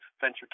venture